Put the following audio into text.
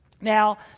Now